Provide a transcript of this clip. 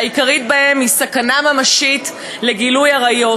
והעיקרית בהן היא סכנה ממשית של גילוי עריות,